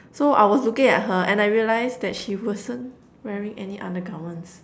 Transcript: so I was looking at her and I realized that she wasn't wearing any undergarments